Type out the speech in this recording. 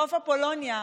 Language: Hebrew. בחוף אפולוניה.